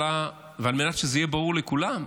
על מנת שזה יהיה ברור לכולם,